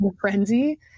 frenzy